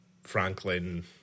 Franklin